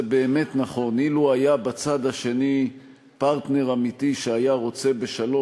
זה באמת נכון: אילו היה בצד השני פרטנר אמיתי שהיה רוצה בשלום,